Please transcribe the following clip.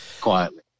quietly